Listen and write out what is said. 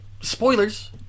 Spoilers